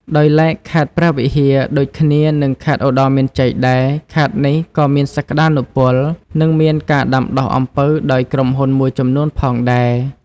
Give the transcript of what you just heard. ដោយឡែកខេត្តព្រះវិហារ ដូចគ្នានឹងខេត្តឧត្តរមានជ័យដែរ ខេត្តនេះក៏មានសក្តានុពល និងមានការដាំដុះអំពៅដោយក្រុមហ៊ុនមួយចំនួនផងដែរ។